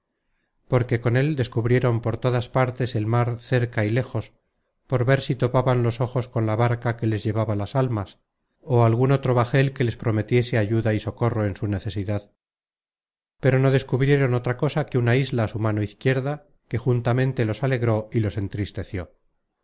porque con él descubrieron por todas partes el mar cerca y léjos por ver si topaban los ojos con la barca que les llevaba las almas ó algun otro bajel que les prometiese ayuda y socorro en su necesidad pero no descubrieron otra cosa que una isla á su mano izquierda que juntamente los alegró y los entristeció